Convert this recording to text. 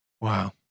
Wow